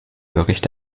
bericht